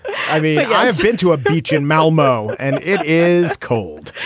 i mean i been to a beach in myrtle mo and it is cold.